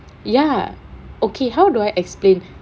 ya okay how do I explain